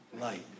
light